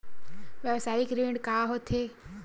व्यवसायिक ऋण का होथे?